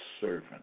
servant